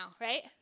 right